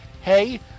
hey